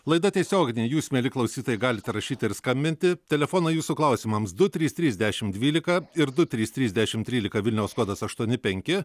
laida tiesioginė jūs mieli klausytojai galite rašyti ir skambinti telefonai jūsų klausimams du trys trys dešimt dvylika ir du trys trys dešimt trylika vilniaus kodas aštuoni penki